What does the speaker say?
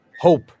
hope